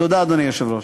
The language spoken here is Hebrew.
תודה, אדוני היושב-ראש.